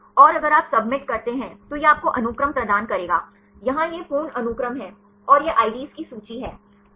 और अगर आप सबमिट करते हैं तो यह आपको अनुक्रम प्रदान करेगा यहाँ यह पूर्ण अनुक्रम है और यह आईडी ID's की सूची है